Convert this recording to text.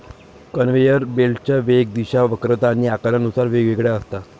conveyor बेल्टच्या वेग, दिशा, वक्रता आणि आकारानुसार वेगवेगळ्या असतात